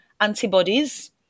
antibodies